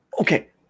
Okay